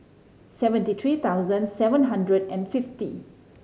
seventy three thousand seven hundred and fifty